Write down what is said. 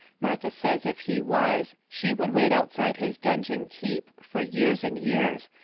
martha says if he was she would wait outside his dungeon keep fur years and years,